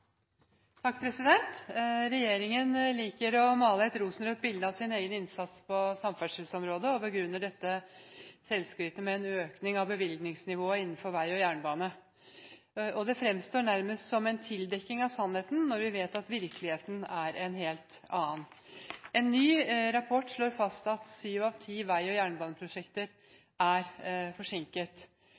reglementsmessig måte. Regjeringen liker å male et rosenrødt bilde av sin egen innsats på samferdselsområdet og begrunner dette selvskrytet med en økning av bevilgningsnivået innenfor vei og jernbane. Dette fremstår nærmest som en tildekking av sannheten når vi vet at virkeligheten er en helt annen. En ny rapport slår fast at syv av ti vei- og jernbaneprosjekter er forsinket: